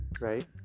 right